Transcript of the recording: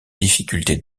difficultés